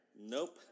Nope